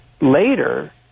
later